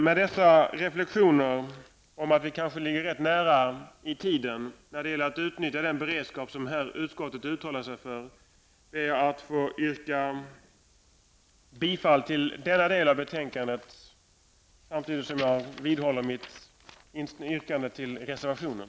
Med dessa reflektioner om att vi kanske ligger rätt nära i tiden när det gäller att utnyttja den beredskap som utskottet har uttalat sig för ber jag att få yrka bifall till denna del av utskottets hemställan samtidigt som jag vidhåller mitt yrkande om bifall till reservationen.